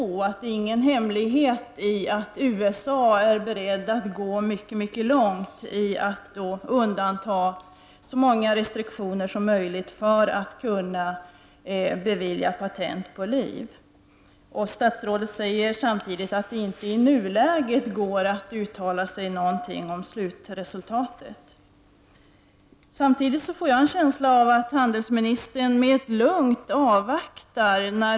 Dessutom är det ingen hemlighet att USA är berett att gå synnerligen långt när det gäller att undanta så många restriktioner som möjligt för att kunna bevilja patent för liv. Statsrådet säger samtidigt att det i nuläget inte går att uttala sig om slutresultatet. Jag får en känsla av att handelsministern helt lugnt avvaktar.